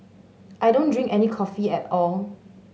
I don't drink any coffee at all